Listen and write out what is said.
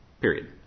period